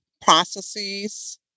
processes